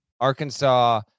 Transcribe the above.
Arkansas